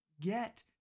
get